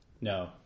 No